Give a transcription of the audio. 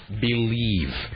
believe